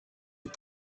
les